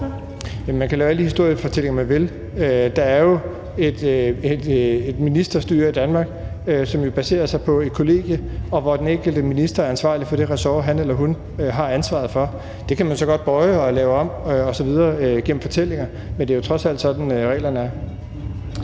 Man kan lave alle de historiefortællinger, man vil. Der er jo et ministerstyre i Danmark, som baserer sig på et kollegium, og hvor den enkelte minister er ansvarlig for det ressort, som han eller hun har ansvaret for. Det kan man så godt bøje og lave om på i sine fortællinger, men det er trods alt sådan, reglerne er.